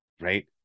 Right